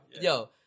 Yo